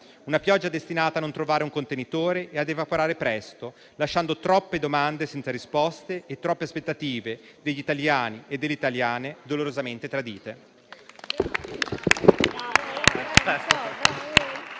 una pioggia destinata a non trovare un contenitore e a evaporare presto, lasciando troppe domande senza risposte e troppe aspettative delle italiane e degli italiani dolorosamente tradite.